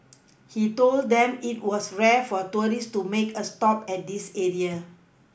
he told them it was rare for tourists to make a stop at this area